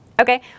Okay